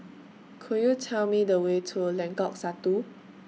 Could YOU Tell Me The Way to Lengkok Satu